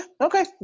okay